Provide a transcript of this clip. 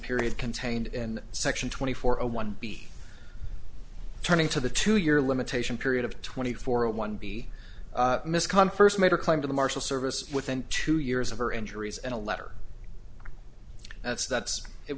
period contained in section twenty four a one b turning to the two year limitation period of twenty four one b miss come first made a claim to the marshal service within two years of her injuries and a letter that's that's it